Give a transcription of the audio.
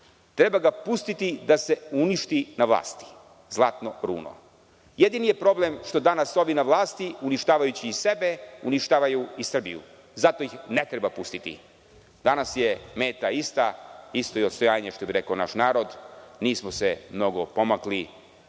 treba ga pustiti da se uništi na vlasti. „Zlatno runo“. Jedini je problem što danas ovi na vlasti uništavajući sebe uništavaju i Srbiju, zato ih ne treba pustiti, danas je meta ista isto je i odstojanje, što bi rekao naš narod, nismo se mnogo pomakli,